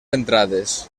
entrades